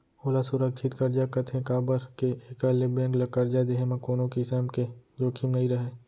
ओला सुरक्छित करजा कथें काबर के एकर ले बेंक ल करजा देहे म कोनों किसम के जोखिम नइ रहय